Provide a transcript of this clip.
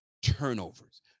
turnovers